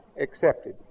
accepted